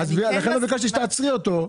לא ביקשתי שתעצרי אותו.